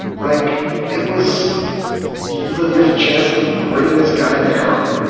like it was he's like, here's a chance to bring this guy down.